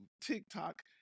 TikTok